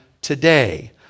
today